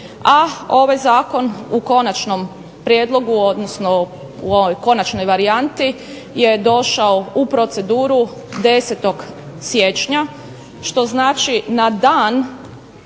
a ovaj zakon u konačnom prijedlogu odnosno u ovoj konačnoj varijanti je došao u proceduru 10. siječnja što znači na dan